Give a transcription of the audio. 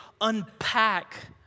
unpack